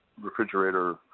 refrigerator